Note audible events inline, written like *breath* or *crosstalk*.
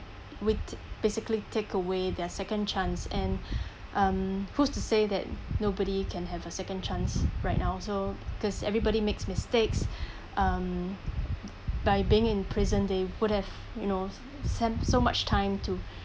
we basically take away their second chance and *breath* um who is to say that nobody can have a second chance right also because everybody makes mistakes *breath* um by being in prison they would have you know spend so much time to